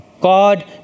God